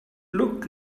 looked